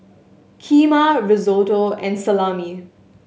Kheema Risotto and Salami